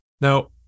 Now